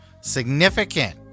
significant